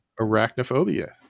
Arachnophobia